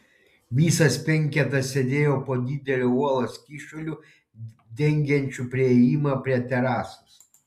visas penketas sėdėjo po dideliu uolos kyšuliu dengiančiu priėjimą prie terasos